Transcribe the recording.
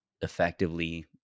effectively